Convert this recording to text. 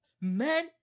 man